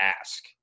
ask